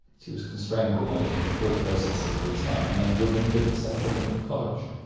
she was constrained by the thought processes of the time and women didn't set foot in college.